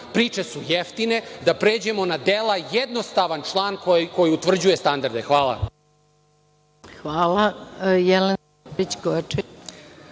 priče su jeftine, da pređemo na dela, jednostavan član koji utvrđuje standarde. Hvala. **Maja